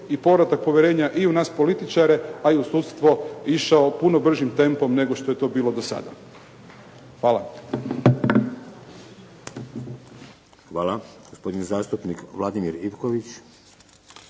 i povratak povjerenja i u nas političare, a i u sudstvo išao puno bržim tempom nego što je to bilo do sada. Hvala. **Šeks, Vladimir (HDZ)** Hvala. Gospodin zastupnik Vladimir Ivković.